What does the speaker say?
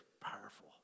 powerful